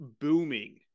booming